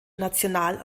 national